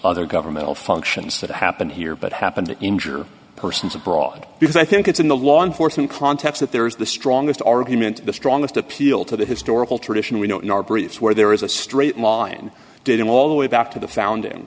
other governmental functions that happen here but happen to injure persons abroad because i think it's in the law enforcement context that there is the strongest argument the strongest appeal to the historical tradition we know in our briefs where there is a straight line dating all the way back to the founding